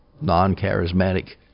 Non-charismatic